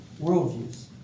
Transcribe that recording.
worldviews